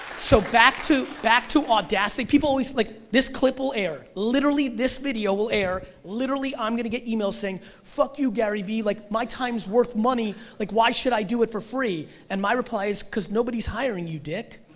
so back to back to audacity people, like this clip will air, literally this video will air, literally i'm gonna get emails saying, fuck you gary v. like my time's worth money, like why should i do it for free. and my reply is, because nobody's hiring you, dick.